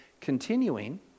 continuing